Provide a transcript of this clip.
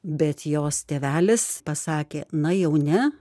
bet jos tėvelis pasakė na jau ne